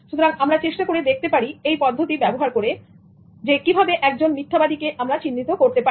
সুতরাং আমরা চেষ্টা করে দেখতে পারি এই পদ্ধতি ব্যবহার করে একজন মিথ্যাবাদীকে কিভাবে চিহ্নিত করতে পারি